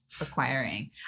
acquiring